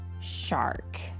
shark